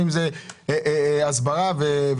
לעומת זה במדינות אחרות, כמו